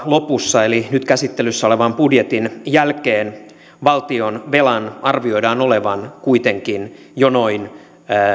lopussa eli nyt käsittelyssä olevan budjetin jälkeen valtionvelan arvioidaan olevan kuitenkin jo noin